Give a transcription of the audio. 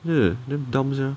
ya damn dumb sia